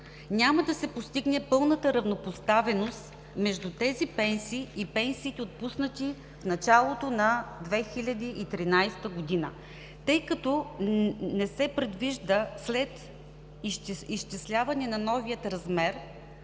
няма да се постигне пълната равнопоставеност между тези пенсии и пенсиите, отпуснати в началото на 2013 г., тъй като не се предвижда след изчисляване на новия размер